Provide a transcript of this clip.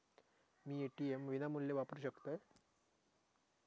मी ATM विनामूल्य वापरू शकतय?